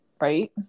right